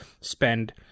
spend